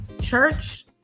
Church